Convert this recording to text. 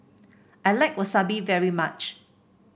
I like Wasabi very much